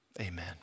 Amen